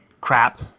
crap